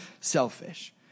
selfish